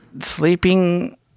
sleeping